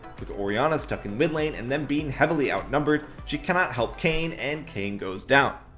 with orianna stuck in mid lane and them being heavily outnumbered, she cannot help kayn and kayn goes down.